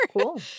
Cool